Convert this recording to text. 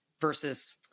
versus